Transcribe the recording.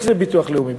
איך זה ביטוח לאומי.